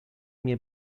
mnie